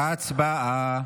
ההצבעה.